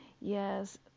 Yes